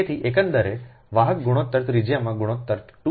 તેથી એકંદરે વાહક ગુણોત્તર ત્રિજ્યામાં ગુણોત્તર 2